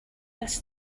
this